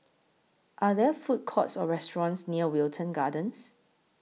Are There Food Courts Or restaurants near Wilton Gardens